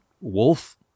wolf